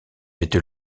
était